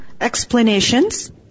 explanations